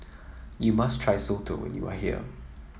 you must try Soto when you are here